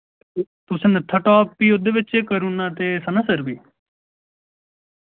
तुसें नत्थाटाप बी उदे बिच करुना ते सनासर बी